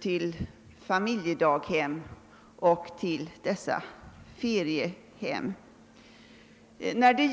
till familjedaghem och till feriehem.